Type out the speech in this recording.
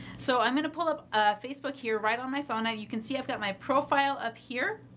so, i'm going to pull up up facebook here right on my phone. now you can see i've got my profile up here,